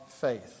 faith